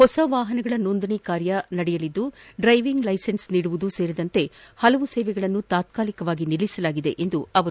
ಹೊಸ ವಾಹನಗಳ ಸೋಂದಣಿ ಕಾರ್ಯ ನಡೆಯಲಿದ್ದು ಡ್ರೈವಿಂಗ್ ಲೈಸೆನ್ಸ್ ನೀಡುವುದು ಸೇರಿದಂತೆ ಹಲವು ಸೇವೆಗಳನ್ನು ತಾತ್ಕಾಲಿಕವಾಗಿ ನಿಲ್ಲಿಸಲಾಗಿದೆ ಎಂದರು